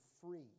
free